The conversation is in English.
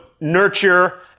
nurture